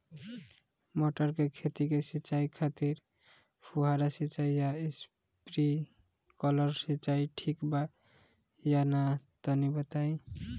मटर के खेती के सिचाई खातिर फुहारा सिंचाई या स्प्रिंकलर सिंचाई ठीक बा या ना तनि बताई?